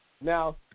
Now